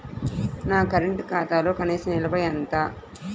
నా కరెంట్ ఖాతాలో కనీస నిల్వ ఎంత?